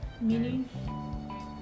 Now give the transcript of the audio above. meaning